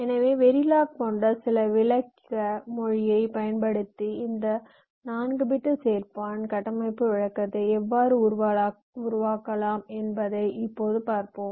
எனவே வெரிலாக் போன்ற சில விளக்க மொழியைப் பயன்படுத்தி இந்த 4 பிட் சேர்ப்பான் கட்டமைப்பு விளக்கத்தை எவ்வாறு உருவாக்கலாம் என்பதை இப்போது பார்ப்போம்